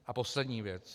A poslední věc.